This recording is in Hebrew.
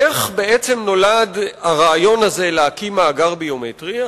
איך בעצם נולד הרעיון הזה להקים מאגר ביומטרי?